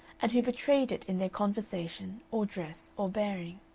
and who betrayed it in their conversation or dress or bearing.